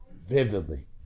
vividly